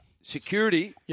security